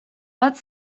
bat